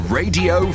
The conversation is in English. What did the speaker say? radio